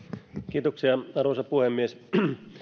kiitoksia arvoisa puhemies